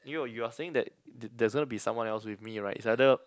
[eww] you're saying that th~ there's going to be someone else with me right it's either